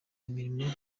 imirimo